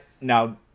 Now